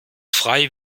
frei